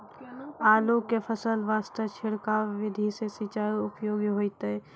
आलू के फसल वास्ते छिड़काव विधि से सिंचाई उपयोगी होइतै?